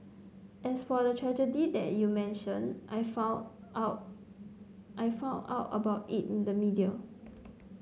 as for the tragedy that you mentioned I found out I found out about it in the media